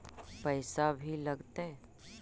पैसा भी लगतय?